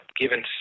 given